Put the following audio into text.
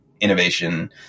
innovation